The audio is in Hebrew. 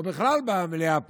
או בכלל במליאה פה,